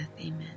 amen